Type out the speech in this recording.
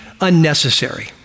unnecessary